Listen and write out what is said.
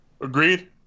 Agreed